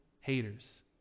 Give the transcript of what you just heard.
Haters